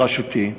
בראשותי.